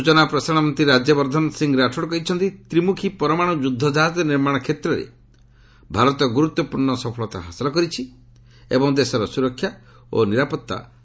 ସୂଚନା ଓ ପ୍ରସାରଣ ମନ୍ତ୍ରୀ ରାଜ୍ୟବର୍ଦ୍ଧନ ସିଂ ରାଠୋଡ଼୍ କହିଛନ୍ତି ତ୍ରିମୁଖୀ ପରମାଣୁ ଯୁଦ୍ଧଜାହାଜ ନିର୍ମାଣ କ୍ଷେତ୍ରରେ ଭାରତ ଗୁରୁତ୍ୱପୂର୍ଣ୍ଣ ସଫଳତା ହାସଲ କରିଛି ଏବଂ ଦେଶର ସ୍ରରକ୍ଷା ଓ ନିରାପତ୍ତା ନିଶ୍ଚିତ ହୋଇପାରିଛି